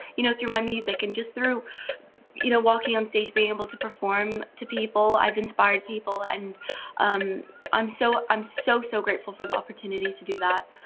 you know, through my music and just through you know walking on stage being able to perform to people, i've inspired people and um i'm so i'm so, so grateful for the opportunity to do that.